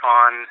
on